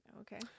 Okay